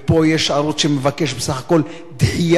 ופה יש ערוץ שמבקש בסך הכול דחייה,